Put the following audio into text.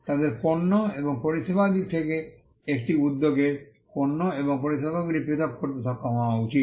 তাদের অন্যের পণ্য এবং পরিষেবাদি থেকে একটি উদ্যোগের পণ্য এবং পরিষেবাগুলি পৃথক করতে সক্ষম হওয়া উচিত